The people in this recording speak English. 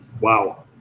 Wow